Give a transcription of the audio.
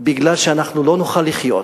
כי אנחנו לא נוכל לחיות.